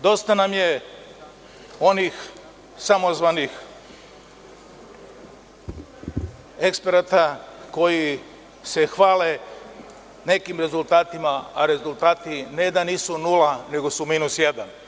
Dosta nam je onih samozvanih eksperata koji se hvale nekim rezultatima, a rezultati ne da nisu nula nego su minus jedan.